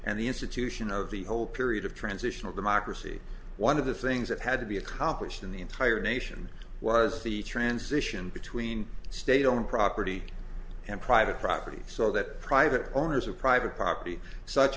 and the institution of the whole period of transitional democracy one of the things that had to be accomplished in the entire nation was the transition between state owned property and private property so that private owners of private property such